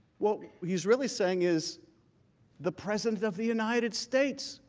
what he is really saying is the president of the united states,